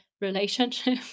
relationship